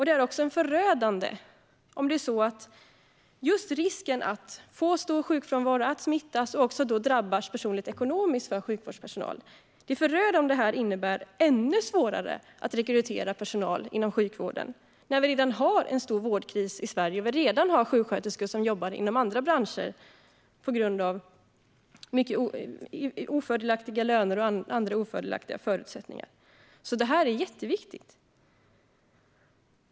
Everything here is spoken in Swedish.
Det är också förödande om just risken att smittas och då drabbas personligt rent ekonomiskt för sjukvårdspersonal gör att det blir ännu svårare att rekrytera personal inom sjukvården. Vi har ju redan en stor vårdkris i Sverige, och sjuksköterskor jobbar inom andra branscher på grund av låga löner och andra ofördelaktiga förutsättningar. Det här är alltså jätteviktigt.